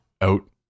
out